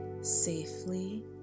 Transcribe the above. safely